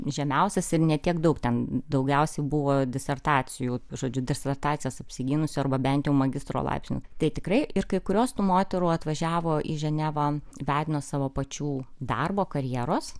žemiausias ir ne tiek daug ten daugiausiai buvo disertacijų žodžiu disertacijas apsigynusių arba bent jau magistro laipsniu tai tikrai ir kai kurios tų moterų atvažiavo į ženevą vedinos savo pačių darbo karjeros